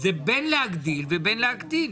זה בין להגדיל ובין להקטין,